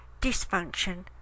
dysfunction